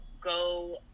go